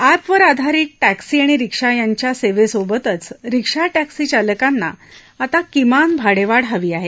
अॅपवर आधारित टॅक्सी आणि रिक्षा यांच्या सेवेसोबतच रिक्षा टॅक्सी चालकांना आता किमान भाडेवाढ हवी आहे